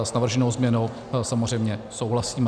S navrženou změnou samozřejmě souhlasíme.